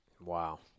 wow